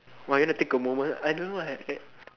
!wah! you want take a moment I don't know